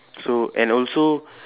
so and also